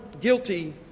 guilty